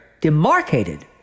demarcated